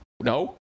No